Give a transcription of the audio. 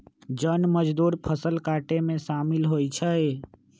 जन मजदुर फ़सल काटेमें कामिल होइ छइ